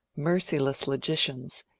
merciless logicians,